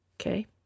okay